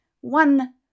one